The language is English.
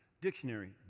dictionary